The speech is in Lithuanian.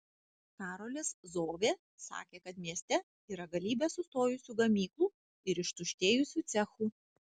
karolis zovė sakė kad mieste yra galybė sustojusių gamyklų ir ištuštėjusių cechų